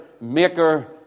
maker